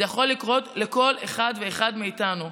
זה יכול לקרות לכל אחד ואחד מאיתנו,